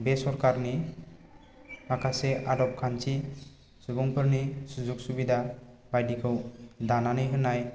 बे सरकारनि माखासे आदबखान्थि सुबुंफोरनि सुजुग सुबिदा बायदिखौ दानानै होनाय